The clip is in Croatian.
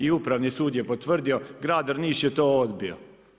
I Upravni sud je potvrdio, grad Drniš je to odbio.